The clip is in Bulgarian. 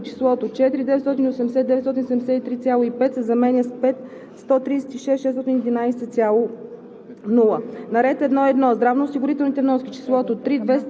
508,8“. - на ред 1. „Здравноосигурителни приходи“ числото „4 980 973,5“ се заменя с „5 136 611,0“.